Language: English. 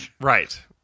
Right